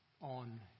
on